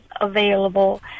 available